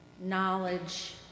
knowledge